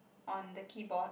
on the keyboard